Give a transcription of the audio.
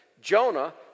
Jonah